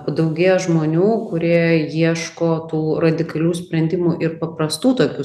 padaugėjo žmonių kurie ieško tų radikalių sprendimų ir paprastų tokių